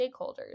stakeholders